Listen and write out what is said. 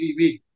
TV